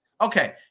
okay